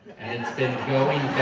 and it's been going